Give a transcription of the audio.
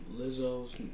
Lizzo's